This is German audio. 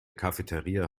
cafeteria